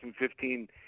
2015